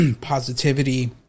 positivity